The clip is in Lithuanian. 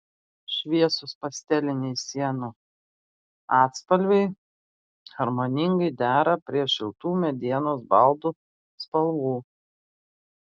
šviesūs pasteliniai sienų atspalviai harmoningai dera prie šiltų medienos baldų spalvų